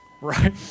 right